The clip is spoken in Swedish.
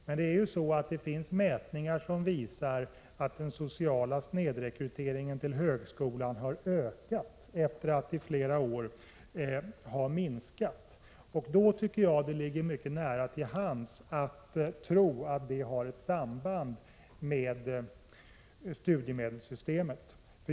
Men det finns faktiskt mätningar som visar att den sociala snedrekryteringen till högskolan har ökat efter att i flera år ha minskat. Jag tycker att det därför ligger mycket nära till hands att tro att detta har ett samband med studiemedelssystemet.